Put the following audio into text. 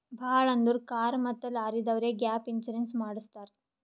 ಭಾಳ್ ಅಂದುರ್ ಕಾರ್ ಮತ್ತ ಲಾರಿದವ್ರೆ ಗ್ಯಾಪ್ ಇನ್ಸೂರೆನ್ಸ್ ಮಾಡುಸತ್ತಾರ್